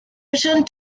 returned